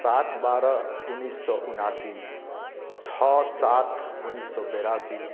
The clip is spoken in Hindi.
सात बारह उन्नीस सौ उनासी छः सात उन्नीस सौ बयासी